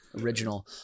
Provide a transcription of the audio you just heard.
original